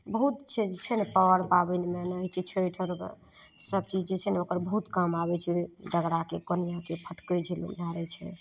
बहुत चीज छै ने पर पाबनिमे जेना होइ छै छैठ आओरमे सबचीज जे छै ने ओकर बहुत काम आबय छै डगराके कोनियाँके फटकय छै लोक झारय छै